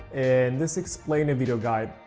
and this explainer video guide,